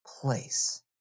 Place